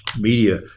media